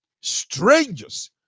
strangers